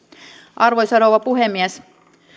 arvoisa rouva puhemies